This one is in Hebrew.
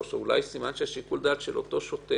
לדעת ולחשוב האם זה סימן ששיקול הדעת של אותו שוטר